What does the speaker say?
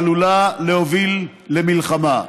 העלולה להוביל למלחמה.